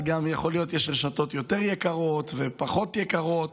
יכול להיות שיש רשתות שהן יותר יקרות ויש פחות יקרות.